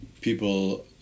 people